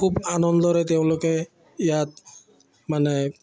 খুব আনন্দৰে তেওঁলোকে ইয়াত মানে